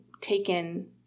taken